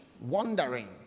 Wandering